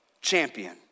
champion